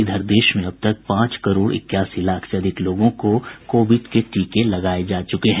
इधर देश में अब तक पांच करोड़ इक्यासी लाख से अधिक लोगों को कोविड के टीके लगाये जा चुके हैं